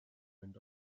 went